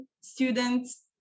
students